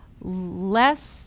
less